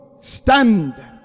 stand